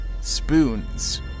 spoons